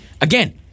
again